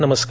नमस्कार